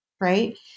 right